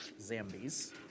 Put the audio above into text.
zambies